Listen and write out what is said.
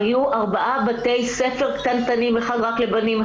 היו ארבעה בתי ספר קטנטנים: אחד רק לבנים,